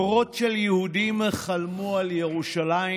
דורות של יהודים חלמו על ירושלים